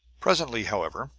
presently, however,